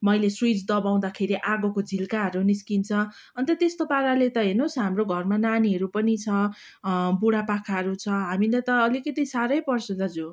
मैले स्विच दबाउँदाखेरि आगोको झिल्काहरू निस्किन्छ अन्त त्यस्तो पाराले त हेर्नुहोस् हाम्रो घरमा नानीहरू पनि छ बुढापाकाहरू छ हामीलाई त अलिकति साह्रै पर्छ दाजु